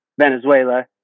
venezuela